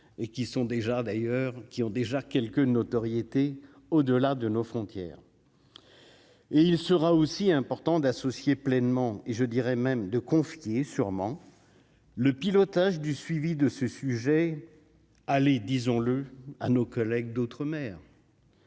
qui ont déjà quelque notoriété au-delà de nos frontières et il sera aussi important d'associer pleinement et je dirais même de confier sûrement le pilotage du suivi de ce sujet, allez, disons-le à nos collègues d'autres